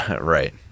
Right